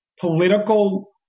political